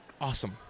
awesome